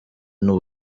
n’u